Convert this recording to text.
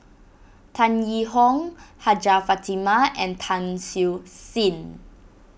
Tan Yee Hong Hajjah Fatimah and Tan Siew Sin